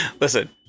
listen